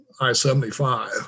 I-75